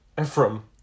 Ephraim